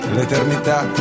L'eternità